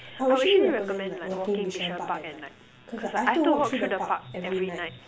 I would actually recommend like walking Bishan Park at night cause I have to walk through the park every night